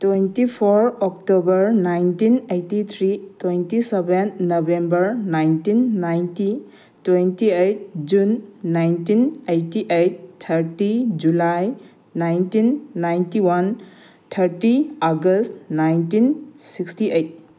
twenty four October nineteen eighty three twenty seven November nineteen ninety twenty eight June nineteen eighty eight thirty July nineteen ninety one thirty August nineteen sixty eight